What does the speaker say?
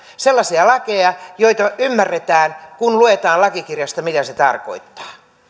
sellaisia lakeja joita ymmärretään kun luetaan lakikirjasta mitä se tarkoittaa